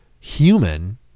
human